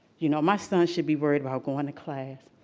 you know, my son should be worried about going to class.